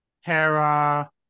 Hera